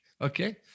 Okay